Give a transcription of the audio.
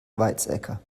weizsäcker